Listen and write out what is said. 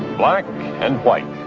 black and white,